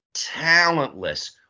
talentless